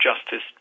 justice